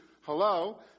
Hello